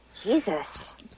Jesus